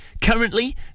Currently